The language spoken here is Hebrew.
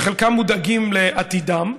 שחלקם מודאגים לעתידם,